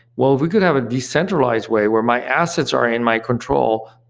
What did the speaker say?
well, if we could have a decentralized way where my assets are in my control,